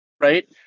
right